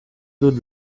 dut